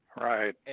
Right